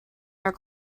are